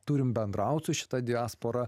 turim bendraut su šita diaspora